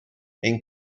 ein